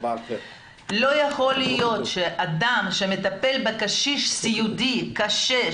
לא יכול להיות שאדם שמטפל בקשיש סיעודי קשה,